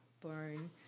Boring